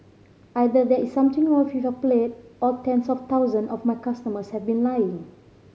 either there is something wrong with your palate or tens of thousand of my customers have been lying